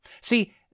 See